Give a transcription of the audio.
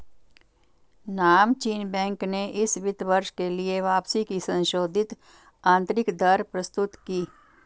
नामचीन बैंक ने इस वित्त वर्ष के लिए वापसी की संशोधित आंतरिक दर प्रस्तुत की